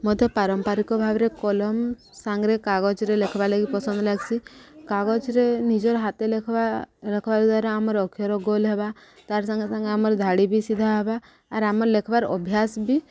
ମୋତେ ପାରମ୍ପରିକ ଭାବରେ କଲମ ସାଙ୍ଗରେ କାଗଜରେ ଲେଖ୍ବା ଲାଗି ପସନ୍ଦ ଲାଗ୍ସି କାଗଜରେ ନିଜର ହାତ ଲେଖ୍ବା ଲେଖ୍ବା ଦ୍ୱାରା ଆମର ଅକ୍ଷର ଗୋଲ ହେବା ତାର ସାଙ୍ଗେ ସାଙ୍ଗେ ଆମର ଧାଡ଼ି ବି ସିଧା ହେବା ଆର୍ ଆମର ଲେଖ୍ବାର ଅଭ୍ୟାସ ବି